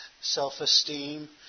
self-esteem